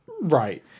Right